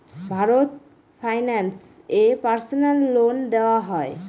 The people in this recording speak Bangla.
ভারত ফাইন্যান্স এ পার্সোনাল লোন দেওয়া হয়?